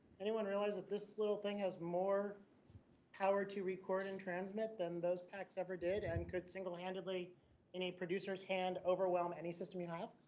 anyone realize that this little thing has more power to record and transmit than those packs ever did and could singlehandedly in a producer's hand overwhelm any sense you know